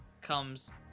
comes